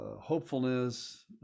hopefulness